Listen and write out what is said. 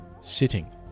Sitting